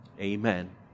Amen